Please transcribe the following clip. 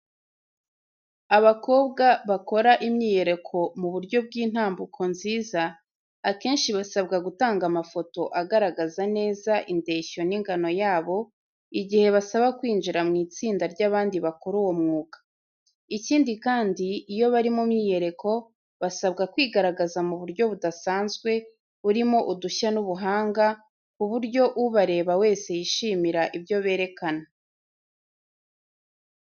Abakobwa bakora imyiyereko mu buryo bw’intambuko nziza, akenshi basabwa gutanga amafoto agaragaza neza indeshyo n’ingano yabo igihe basaba kwinjira mu itsinda ry’abandi bakora uwo mwuga. Ikindi kandi, iyo bari mu myiyereko, basabwa kwigaragaza mu buryo budasanzwe, burimo udushya n'ubuhanga, ku buryo ubareba wese yishimira ibyo berekana.